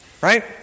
right